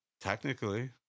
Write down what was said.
Technically